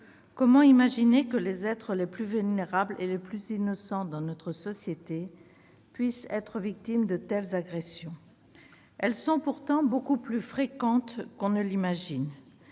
comment imaginer que les êtres les plus vulnérables et les plus innocents dans notre société puissent être victimes de telles agressions ? Celles-ci sont pourtant beaucoup plus fréquentes qu'on ne l'imagine.